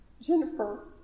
Jennifer